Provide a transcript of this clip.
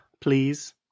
please